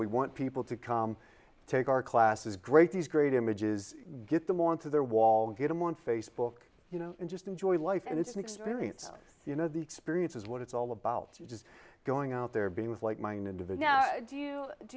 we want people to come take our classes great these great images get them on to their wall get them on facebook you know and just enjoy life and it's an experience you know the experience is what it's all about just going out there being with like minded of a now do you do